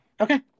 Okay